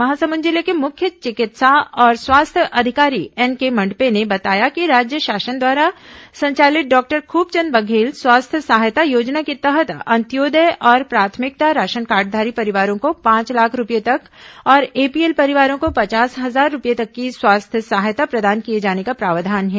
महासमुंद जिले के मुख्य चिकित्सा और स्वास्थ्य अधिकारी एनके मंडपे ने बताया कि राज्य शासन द्वारा संचालित डॉक्टर खूबचंद बघेल स्वास्थ्य सहायता योजना के तहत अंत्योदय और प्राथमिकता राशन कार्डधारी परिवारों को पांच लाख रूपये तक और एपीएल परिवारों को पचास हजार रूपये तक की स्वास्थ्य सहायता प्रदान किए जाने का प्रावधान है